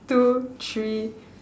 two three